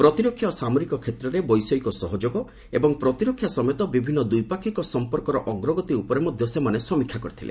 ପ୍ରତିରକ୍ଷା ଓ ସାମରିକ କ୍ଷେତ୍ରରେ ବୈଷୟିକ ସହଯୋଗ ଏବଂ ପ୍ରତିରକ୍ଷା ସମେତ ବିଭିନ୍ନ ଦ୍ୱିପାକ୍ଷିକ ସମ୍ପର୍କର ଅଗ୍ରଗତି ଉପରେ ମଧ୍ୟ ସେମାନେ ସମୀକ୍ଷା କରିଥିଲେ